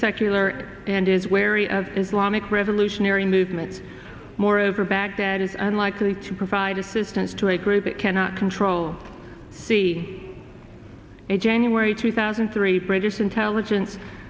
secular and is wary of islamic revolutionary movements moreover baghdad is unlikely to provide assistance to a group it cannot control see a january two thousand and three british intelligence